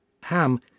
Ham